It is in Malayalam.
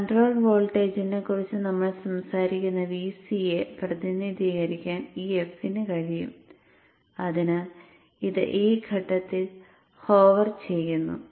കൺട്രോളർ വോൾട്ടേജിനെക്കുറിച്ച് നമ്മൾ സംസാരിക്കുന്ന Vc യെ പ്രതിനിധീകരിക്കാൻ ഈ f ന് കഴിയും അതിനാൽ ഇത് ഈ ഘട്ടത്തിൽ ഹോവർ ചെയ്യുന്നു